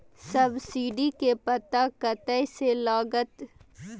Subsidy के पता कतय से लागत?